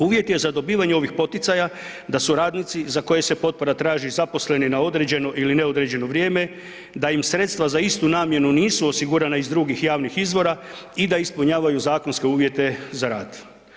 Uvjet je za dobivanje ovih poticaja, da su radnici za koje se potpora traži zaposleni na određeno ili neodređeno vrijeme, da im sredstva za istu namjenu nisu osigurana iz drugih javnih izvora i da ispunjavaju zakonske uvjete za rad.